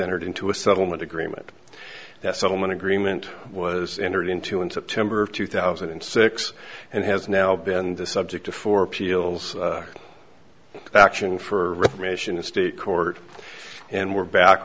entered into a settlement agreement that settlement agreement was entered into in september of two thousand and six and has now been the subject of four appeals action for reformation a state court and we're back